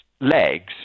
legs